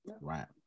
Right